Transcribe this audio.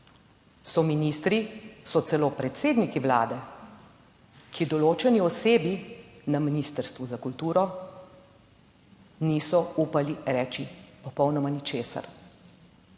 So ministri, so celo predsedniki vlade, ki določeni osebi na Ministrstvu za kulturo niso upali reči popolnoma ničesar.